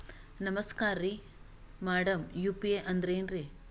ನಮಸ್ಕಾರ್ರಿ madam UPI ಅಂದ್ರೆನ್ರಿ?